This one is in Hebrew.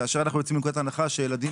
כאשר אנחנו יוצאים מנקודת הנחה שילדים